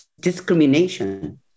discrimination